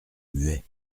muet